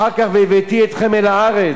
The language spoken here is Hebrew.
אחר כך "והבאתי אתכם אל הארץ",